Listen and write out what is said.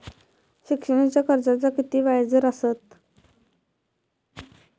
शिक्षणाच्या कर्जाचा किती व्याजदर असात?